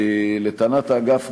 לטענת האגף,